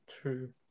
True